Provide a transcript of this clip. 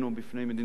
בפני מדינת ישראל,